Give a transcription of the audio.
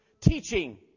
teaching